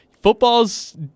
football's